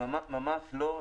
ממש לא.